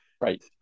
right